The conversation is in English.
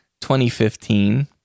2015